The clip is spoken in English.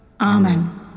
Amen